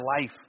life